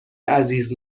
عزیز